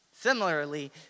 Similarly